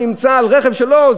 שנמצא על הרכב שלו.